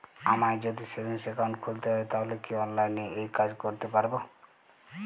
আমায় যদি savings account খুলতে হয় তাহলে কি অনলাইনে এই কাজ করতে পারবো?